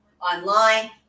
online